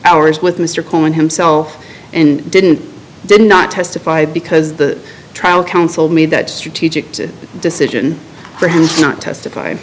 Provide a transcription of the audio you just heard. hours with mr cohen himself and didn't did not testify because the trial counsel made that strategic decision for him not testify